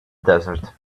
desert